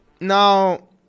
Now